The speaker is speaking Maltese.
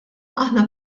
aħna